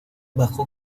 bajó